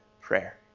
prayer